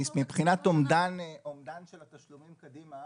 מבחינת אומדן של התשלומים קדימה